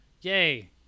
yay